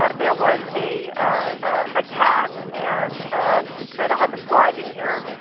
ah there was a ah cat and i don't have the slide in here.